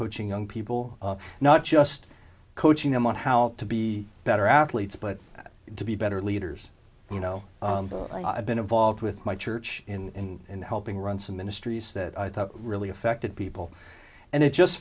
coaching young people not just coaching them on how to be better athletes but to be better leaders you know i've been involved with my church in helping run some ministries that i thought really affected people and it just